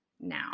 now